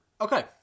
Okay